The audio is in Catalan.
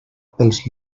pels